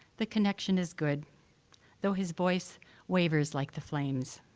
the connection is good though his voice wavers like the flames.